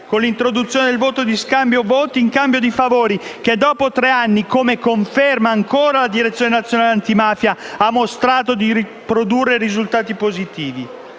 con l'introduzione del voto di scambio (voti in cambio di favori), che dopo tre anni - come conferma ancora la Direzione nazionale antimafia - ha mostrato di produrre risultati positivi;